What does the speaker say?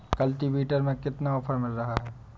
Cultivator में कितना offer मिल रहा है?